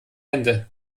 hände